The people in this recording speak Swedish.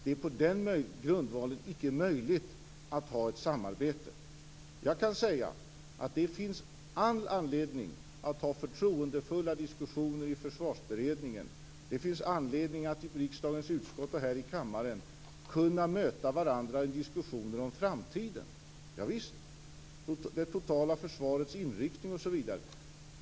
Det är på den grundvalen icke möjligt att ha ett samarbete. Jag kan säga att det finns all anledning att ha förtroendefulla diskussioner i Försvarsberedningen. Det finns anledning att i riksdagens utskott och här i kammaren kunna möta varandra i diskussioner om framtiden - javisst! - och om det totala försvarets inriktning osv.